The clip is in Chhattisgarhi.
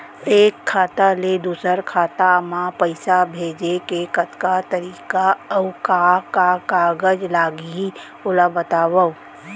एक खाता ले दूसर खाता मा पइसा भेजे के कतका तरीका अऊ का का कागज लागही ओला बतावव?